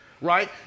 right